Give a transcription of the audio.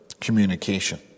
communication